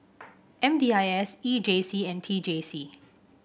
M D I S E J C and T J C